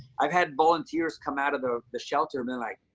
i've had volunteers come out of the the shelter. they're like,